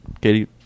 Katie